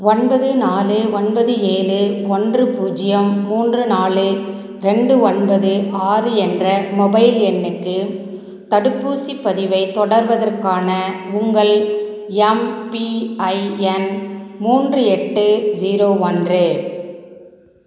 ஒன்பது நாலு ஒன்பது ஏழு ஒன்று பூஜ்யம் மூன்று நாலு ரெண்டு ஒன்பது ஆறு என்ற மொபைல் எண்ணுக்கு தடுப்பூசிப் பதிவைத் தொடர்வதற்கான உங்கள் எம்பிஐஎன் மூன்று எட்டு ஜீரோ ஒன்று